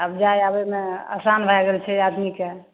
आब जाए आबैमे आसान भए गेल छै आदमीकेँ